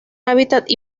hábitat